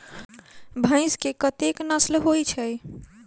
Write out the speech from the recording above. भैंस केँ कतेक नस्ल होइ छै?